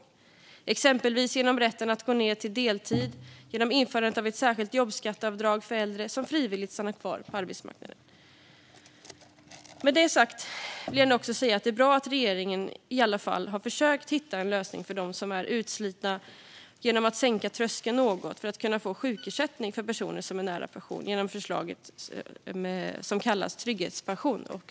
Det kan exempelvis handla om rätt att gå ned till deltid genom införande av ett särskilt jobbskatteavdrag för äldre som frivilligt stannar kvar på arbetsmarknaden. Med detta sagt vill jag ändå också säga att det är bra att regeringen i alla fall har försökt hitta en lösning för dem som är utslitna genom att sänka tröskeln för att kunna få sjukersättning något för personer som är nära pension, genom förslaget om det som kallas trygghetspension.